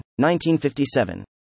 1957